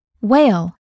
whale